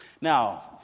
now